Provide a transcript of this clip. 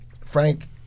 Frank